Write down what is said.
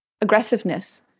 aggressiveness